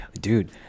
dude